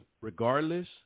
regardless